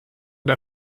der